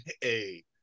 Hey